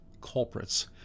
culprits